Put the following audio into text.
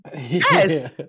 Yes